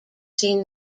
seen